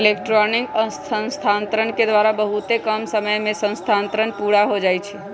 electronic स्थानान्तरण के द्वारा बहुते कम समय में स्थानान्तरण पुरा हो जाइ छइ